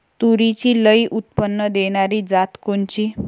तूरीची लई उत्पन्न देणारी जात कोनची?